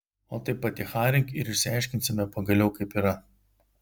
o tai paticharink ir išsiaiškinsime pagaliau kaip yra